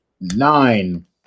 Nine